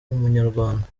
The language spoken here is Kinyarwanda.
umunyarwanda